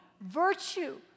virtue